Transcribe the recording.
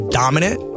dominant